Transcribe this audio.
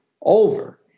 over